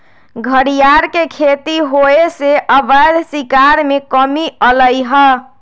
घरियार के खेती होयसे अवैध शिकार में कम्मि अलइ ह